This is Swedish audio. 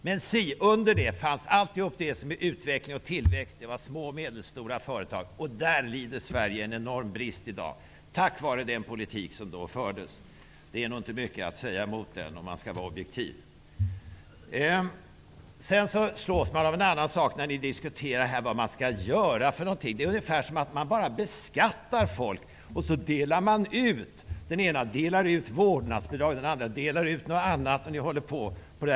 Men under ytan fanns allt det som egentligen är utveckling och tillväxt, nämligen små och medelstora företag. På den punkten lider Sverige en enorm brist i dag, detta på grund av den politik som då fördes. Om man skall hålla sig objektiv, kan man nog inte motsäga det. Vid diskussioner om vad som skall göras, slås man av att det verkar som att det bara är att beskatta folk och sedan dela ut medel av olika slag. Den ena delar ut vårnadsbidrag, och den andra delar ut något annat. Så går debatten.